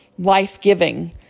life-giving